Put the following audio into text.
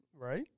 Right